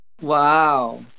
Wow